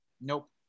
nope